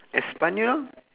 espanyol